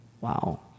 Wow